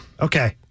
Okay